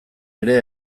ere